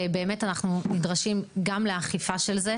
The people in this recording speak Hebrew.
ואנחנו נדרשים גם לאכיפה של זה.